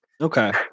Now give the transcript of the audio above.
Okay